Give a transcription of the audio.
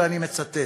ואני מצטט: